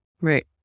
right